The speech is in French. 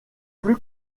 plus